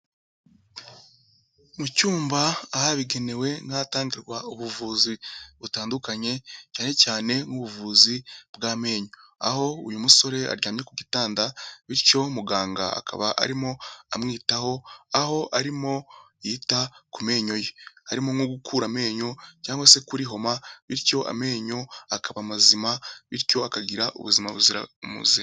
Mu cyumba ahabigenewe nk'ahatangirwa ubuvuzi butandukanye, cyane cyane nk'ubuvuzi bw'amenyo. aho uyu musore aryamye ku gitanda, bityo muganga akaba arimo amwitaho, aho arimo yita ku menyo ye. Harimo nko gukura amenyo cyangwa se kurihoma, bityo amenyo akaba mazima, bityo akagira ubuzima buzira umuze.